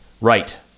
Right